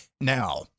now